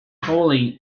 cooling